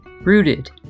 Rooted